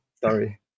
Sorry